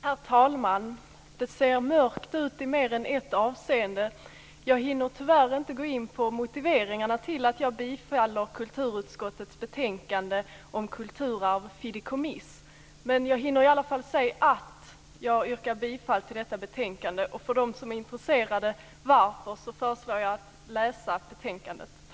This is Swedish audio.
Herr talman! Det ser mörkt ut i mer än ett avseende. Jag hinner tyvärr inte gå in på motiveringarna till att jag yrkar bifall till hemställan i kulturutskottets betänkande om kulturarv - fideikommiss. Men jag hinner säga att jag yrkar bifall till hemställan i betänkandet. Till dem som är intresserade varför, föreslår jag dem att läsa betänkandet.